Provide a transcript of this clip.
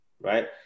right